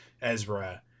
Ezra